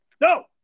No